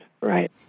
right